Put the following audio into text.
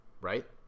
Right